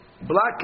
Black